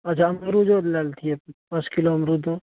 अच्छा अमरूदो लै लेतिए पाँच किलो अमरूदो